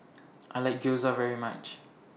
I like Gyoza very much